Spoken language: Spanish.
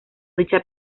dicha